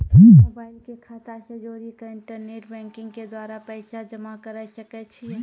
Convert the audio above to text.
Mobile के खाता से जोड़ी के इंटरनेट बैंकिंग के द्वारा पैसा जमा करे सकय छियै?